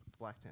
Blacktown